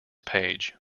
page